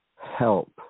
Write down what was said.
help